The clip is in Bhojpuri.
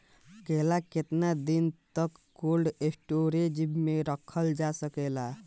केला केतना दिन तक कोल्ड स्टोरेज में रखल जा सकेला?